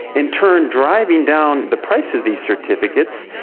in turn driving down the price of these certificates,